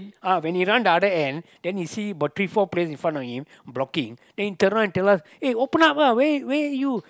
uh when he run the other end then he see about three four players in front of him blocking then he turn around and tell us eh open up lah where where you